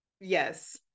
yes